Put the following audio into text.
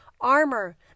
armor